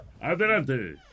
Adelante